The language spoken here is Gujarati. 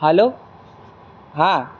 હાલો હા